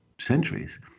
centuries